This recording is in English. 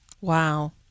Wow